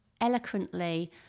eloquently